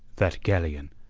that galleon,